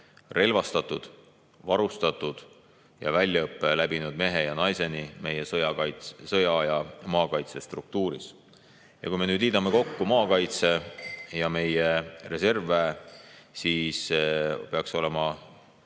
relvastatud, varustatud ja väljaõppe läbinud mehe ja naiseni meie sõjaaja maakaitsestruktuuris. Kui me liidame kokku maakaitse ja meie reservväe, siis peaks olema